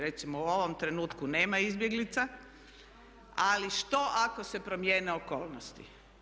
Recimo u ovom trenutku nema izbjeglica ali što ako se promijene okolnosti?